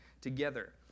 together